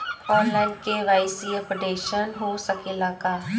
आन line KYC updation हो सकेला का?